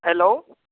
hello